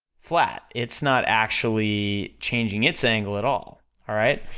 flat, it's not actually changing its angle at all, alright,